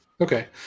okay